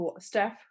steph